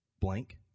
blank